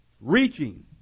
Reaching